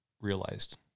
realized